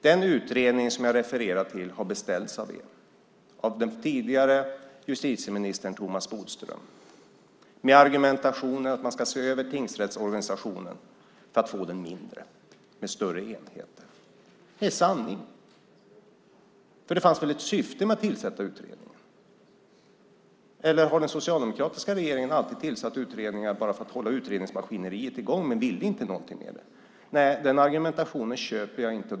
Den utredning som jag refererar till beställdes av den tidigare justitieministern Thomas Bodström med argumentationen att man ska se över tingsrättsorganisationen för att få den mindre, med större enheter. Det är sanningen. Det fanns väl ett syfte med att tillsätta utredningen? Eller har den socialdemokratiska regeringen alltid tillsatt utredningar bara för att hålla utredningsmaskineriet i gång utan att vilja någonting med det? Nej, den argumentationen köper jag inte.